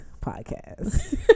podcast